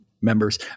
Members